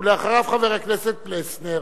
ואחריו, חבר הכנסת פלסנר.